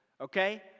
Okay